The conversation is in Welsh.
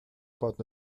bod